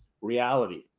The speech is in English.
reality